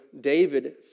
David